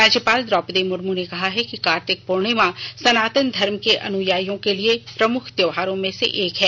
राज्यपाल द्रौपदी मुर्म ने कहा है कि कार्तिक पूर्णिमा सनातन धर्म के अनुयाइयों के लिए प्रमुख त्योहारों में से एक है